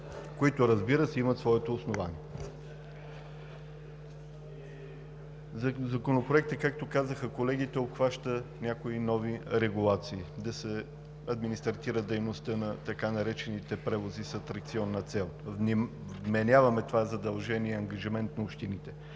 които, разбира се, имат своето основание. Законопроектът, както казаха колегите, обхваща някои нови регулации – да се администрира дейността на така наречените превози с атракционна цел, вменяваме това задължение като ангажимент на общините.